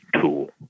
tool